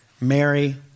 Mary